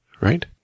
right